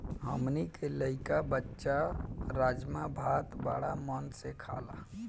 हमनी के लइका बच्चा राजमा भात बाड़ा मन से खाला